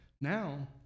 Now